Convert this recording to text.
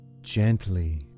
Gently